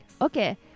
okay